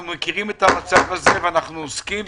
אנחנו מכירים את המצב הזה ואנחנו עוסקים בו.